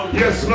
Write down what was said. yes